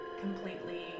completely